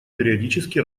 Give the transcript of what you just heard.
периодически